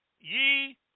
ye